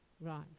Right